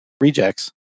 rejects